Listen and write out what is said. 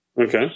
Okay